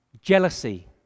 jealousy